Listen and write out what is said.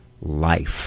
life